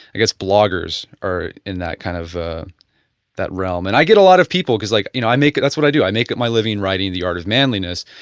i guess bloggers are in that kind of realm. and i get a lot of people because like you know i make that's what i do, i make my living in writing the art of manliness.